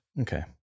Okay